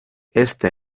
este